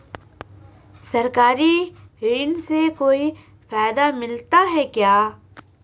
सरकारी ऋण से कोई फायदा मिलता है क्या?